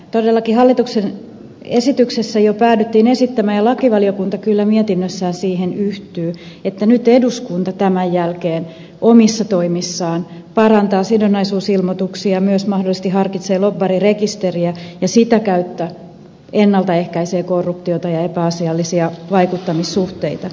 todellakin hallituksen esityksessä jo päädyttiin esittämään ja lakivaliokunta kyllä mietinnössään siihen yhtyy että nyt eduskunta tämän jälkeen omissa toimissaan parantaa sidonnaisuusilmoituksia myös mahdollisesti harkitsee lobbarirekisteriä ja sitä kautta ennalta ehkäisee korruptiota ja epäasiallisia vaikuttamissuhteita